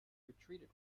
retreated